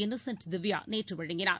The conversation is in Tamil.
இன்னசென்ட் திவ்யாநேற்றுவழங்கினார்